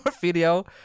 video